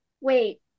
wait